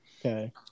Okay